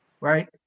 right